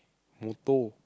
motor